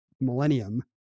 millennium